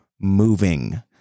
moving